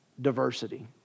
diversity